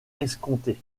escompté